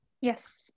Yes